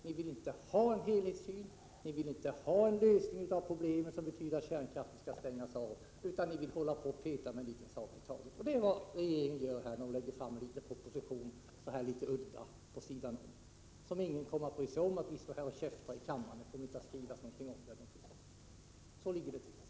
Ni vill inte ha en helhetssyn, och ni vill inte ha en lösning av de problem som det skulle innebära att kärnkraften avvecklas, utan ni vill peta i en liten fråga i taget. Det är vad regeringen gör när den lägger fram en liten udda proposition. Ingen kommer att bry sig om att vi står här och ”käftar” om detta i kammaren. Det kommer inte att skrivas något om detta. Så ligger det till.